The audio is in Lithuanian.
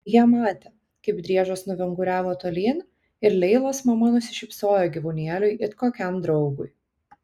jie matė kaip driežas nuvinguriavo tolyn ir leilos mama nusišypsojo gyvūnėliui it kokiam draugui